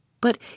But